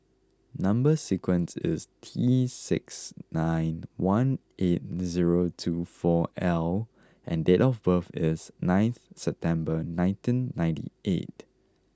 number sequence is T six nine one eight zero two four L and date of birth is nineth September nineteen ninety eight